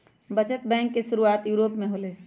बचत बैंक के शुरुआत यूरोप में होलय